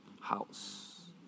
house